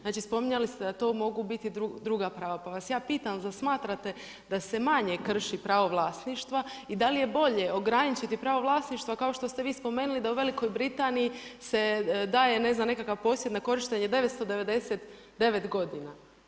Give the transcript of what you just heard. Znači, spominjali ste da to mogu biti druga prava, pa vas ja pitam zar smatrate da se manje krši pravo vlasništva i da li je bolje ograničiti pravo vlasništva kao što ste vi spomenuli da u Velikoj Britaniji se daje ne znam nekakav posjed na korištenje 999 godina.